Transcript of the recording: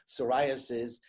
psoriasis